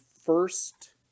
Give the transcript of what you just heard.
first